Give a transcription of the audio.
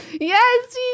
Yes